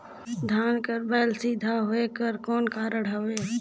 धान कर बायल सीधा होयक कर कौन कारण हवे?